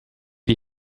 die